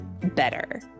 better